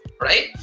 right